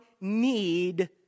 need